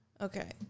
Okay